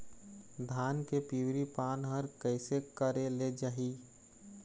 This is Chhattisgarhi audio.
धान के पिवरी पान हर कइसे करेले जाही?